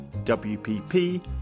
WPP